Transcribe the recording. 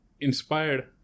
inspired